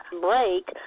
break